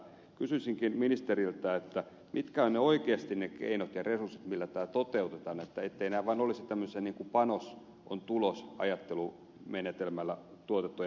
kysyisinkin ministeriltä mitkä ovat oikeasti ne keinot ja resurssit joilla nämä toteutetaan etteivät nämä olisi vain tämmöisiä panos on tulos ajattelumenetelmällä tuotettuja